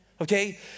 okay